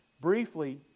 briefly